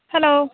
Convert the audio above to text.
hello